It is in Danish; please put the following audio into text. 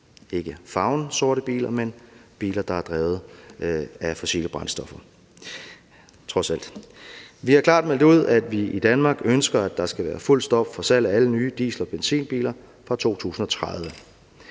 ikke farven på sorte biler, men biler, der er drevet af fossile brændstoffer – trods alt. Vi har klart meldt ud, at vi i Danmark ønsker, at der skal være fuldt stop for salg af alle nye diesel- og benzinbiler fra 2030.